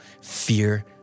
Fear